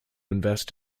invest